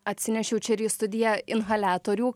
atsinešiau čia ir į studiją inhaliatorių